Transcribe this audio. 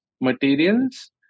materials